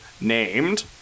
named